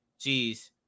Jeez